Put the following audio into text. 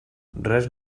res